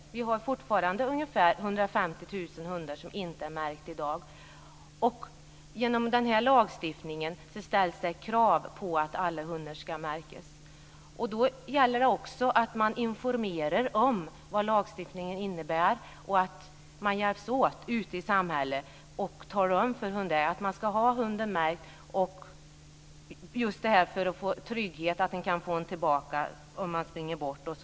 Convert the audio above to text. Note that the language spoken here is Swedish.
Det finns fortfarande 150 000 hundar som inte är märkta. Genom denna lagstiftning ställs det krav på att alla hundar ska märkas. Då gäller det också att man informerar om vad lagstiftningen innebär och att man hjälps åt för att se till att alla hundar blir märkta. Det innebär ju också en trygghet att ägaren kan få hunden tillbaka om den springer bort.